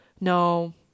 no